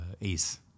Ace